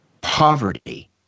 poverty